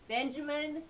Benjamin